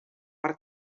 per